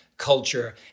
culture